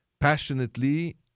passionately